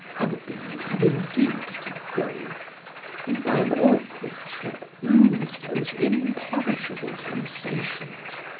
i would be mad indeed to go and, by an awkward trip, lose those imperishable sensations.